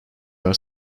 are